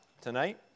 tonight